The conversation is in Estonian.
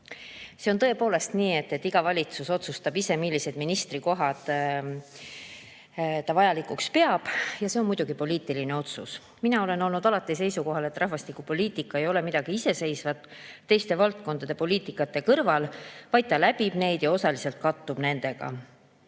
See on tõepoolest nii, et iga valitsus otsustab ise, milliseid ministrikohti ta vajalikuks peab, ja see on muidugi poliitiline otsus. Mina olen olnud alati seisukohal, et rahvastikupoliitika ei ole midagi iseseisvat teiste valdkondade poliitikate kõrval, vaid ta läbib neid ja osaliselt kattub nendega.